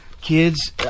kids